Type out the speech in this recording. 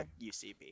UCB